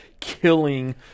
killing